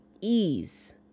ease